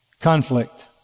conflict